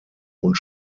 und